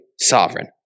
sovereign